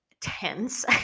tense